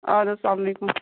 اَدٕ حظ سلام علیکُم